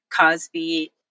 Cosby